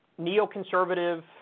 neoconservative